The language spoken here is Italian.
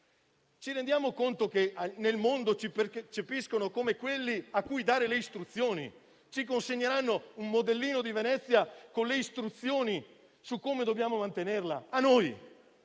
Ci rendiamo conto che nel mondo ci percepiscono come quelli a cui dare le istruzioni? Ci consegneranno un modellino di Venezia con le istruzioni su come dobbiamo mantenerla? A noi?